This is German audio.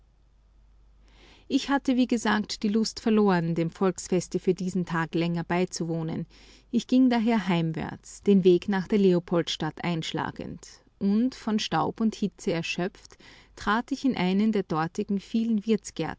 ich hatte wie gesagt die lust verloren dem volksfeste für diesen tag länger beizuwohnen ich ging daher heimwärts den weg nach der leopoldstadt einschlagend und von staub und hitze erschöpft trat ich in einen der dortigen vielen